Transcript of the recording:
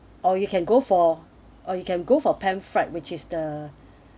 or you can go for or you can go for pan fried which is the